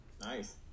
Nice